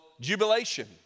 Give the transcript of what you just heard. jubilation